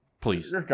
please